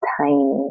tiny